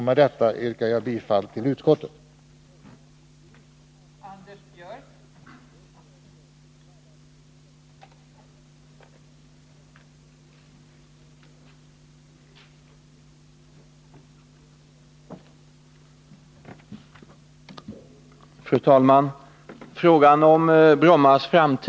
Med detta yrkar jag bifall till utskottets hemställan.